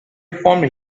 formed